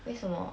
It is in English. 为什么